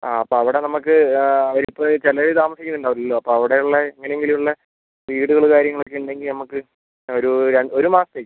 ആ അപ്പോൾ അവിടെ നമുക്ക് ഇപ്പോൾ ചിലർ താമസിക്കുന്നുണ്ടാവില്ലല്ലോ അപ്പോൾ അവിടെ ഉള്ള എങ്ങനെ എങ്കിലും ഉള്ള വീടുകൾ കാര്യങ്ങൾ ഒക്കെ ഉണ്ടെങ്കിൽ നമുക്ക് ഒരു ര ഒരു മാസത്തേക്ക്